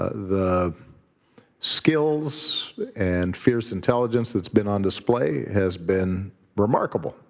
the skills and fierce intelligence that's been on display has been remarkable.